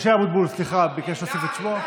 משה אבוטבול, סליחה, ביקש להוסיף את שמו.